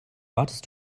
wartest